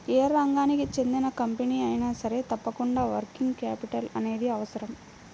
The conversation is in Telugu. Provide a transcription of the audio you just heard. యే రంగానికి చెందిన కంపెనీ అయినా సరే తప్పకుండా వర్కింగ్ క్యాపిటల్ అనేది అవసరం